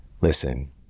Listen